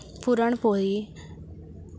पुराण्पोयि